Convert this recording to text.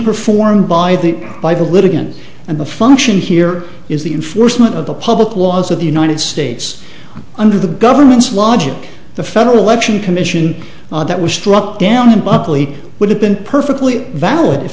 performed by the by the litigants and the function here is the enforcement of the public laws of the united states under the government's logic the federal election commission that was struck down in buckley would have been perfectly valid if